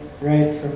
right